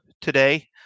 today